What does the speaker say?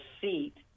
seat